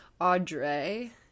Audrey